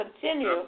continue